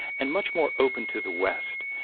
and much more open to the west,